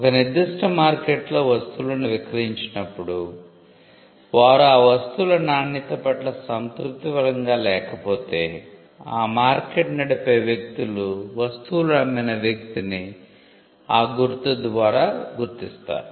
ఒక నిర్దిష్ట మార్కెట్లో వస్తువులను విక్రయించినప్పుడు వారు ఆ వస్తువుల నాణ్యత పట్ల సంతృప్తికరంగా లేకపోతే ఆ మార్కెట్ నడిపే వ్యక్తులు వస్తువులను అమ్మిన వ్యక్తిని ఆ గుర్తు ద్వారా గుర్తిస్తారు